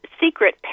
secret